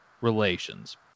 relations